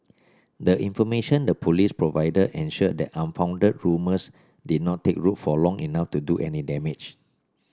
the information the Police provided ensured that unfounded rumours did not take root for long enough to do any damage